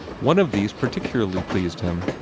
one of these particularly pleased him,